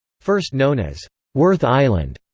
first known as worth island,